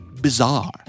Bizarre